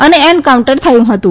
અને એન્કાઉન્ટર થયું હતું